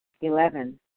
Eleven